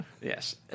Yes